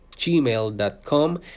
gmail.com